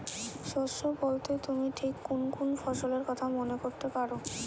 শস্য বোলতে তুমি ঠিক কুন কুন ফসলের কথা মনে করতে পার?